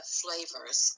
flavors